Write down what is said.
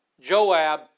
Joab